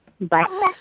Bye